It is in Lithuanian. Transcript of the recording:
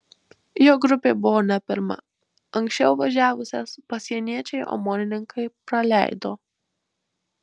jo grupė buvo ne pirma anksčiau važiavusias pasieniečiai omonininkai praleido